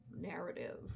narrative